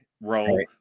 role